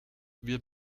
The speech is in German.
wird